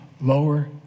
lower